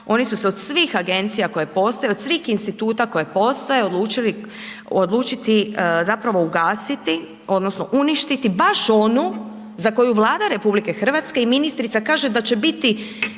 oni su se od svih agencija koje postoje, od svih instituta koje postoje, odlučiti zapravo ugasiti odnosno uništiti baš onu za koju Vlada RH i ministrica kaže da će biti